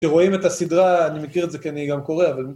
כשרואים את הסדרה, אני מכיר את זה כי אני גם קורא, אבל...